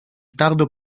tardo